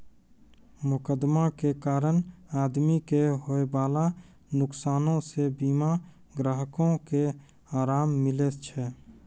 मोकदमा के कारण आदमी के होयबाला नुकसानो से बीमा ग्राहको के अराम मिलै छै